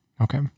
Okay